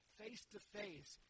face-to-face